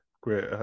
great